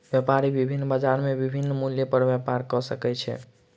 व्यापारी विभिन्न बजार में विभिन्न मूल्य पर व्यापार कय सकै छै